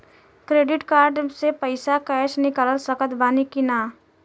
Credit card से पईसा cash निकाल सकत बानी की ना?